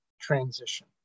transition